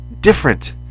different